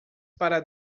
para